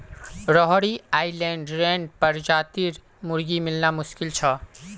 Rhode Island red प्रजातिर मुर्गी मिलना मुश्किल छ